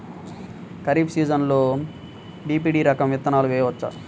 ఖరీఫ్ సీజన్లో బి.పీ.టీ రకం విత్తనాలు వేయవచ్చా?